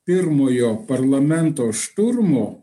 pirmojo parlamento šturmo